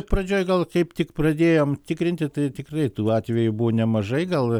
pradžioj gal kaip tik pradėjom tikrinti tai tikrai tų atvejų buvo nemažai gal